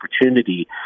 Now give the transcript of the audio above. opportunity